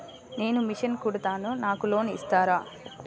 నేను మిషన్ కుడతాను నాకు లోన్ ఇస్తారా?